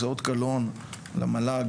זה אות קלון למל"ג,